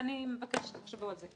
אני מבקשת שתחשבו על זה.